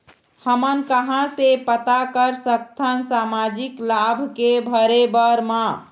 हमन कहां से पता कर सकथन सामाजिक लाभ के भरे बर मा?